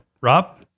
Rob